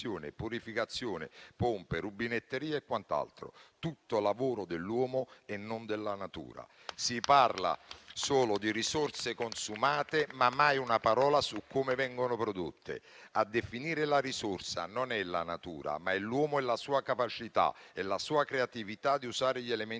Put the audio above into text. Si parla solo di risorse consumate, ma mai una parola su come vengono prodotte. A definire la risorsa non è la natura, ma è l'uomo e la sua capacità, è la sua creatività di usare gli elementi della